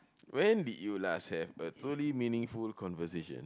when did you last have a truly meaningful conversation